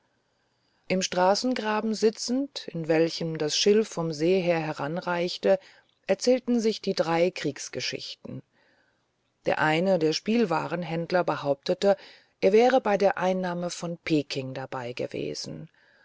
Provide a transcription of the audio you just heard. im straßengraben sitzend an welchen das schilf vom see her heranreichte erzählten sich die drei kriegsgeschichten der eine der spielwarenhändler behauptete er wäre bei der einnahme von peking dabei gewesen